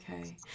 okay